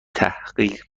تحقیق